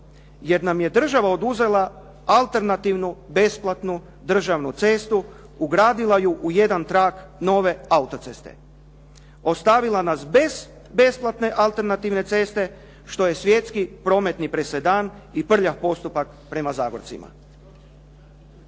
jer nam je država oduzela alternativnu, besplatnu državnu cestu, ugradila ju u jedan trak nove autoceste, ostavila nas bez besplatne alternativne ceste što je svjetski prometni presedan i prljav postupak prema Zagorcima.